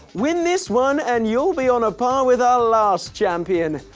win this one, and you'll be on a par with our last champion,